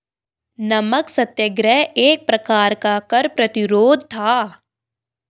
नमक सत्याग्रह एक प्रकार का कर प्रतिरोध था